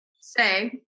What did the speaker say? say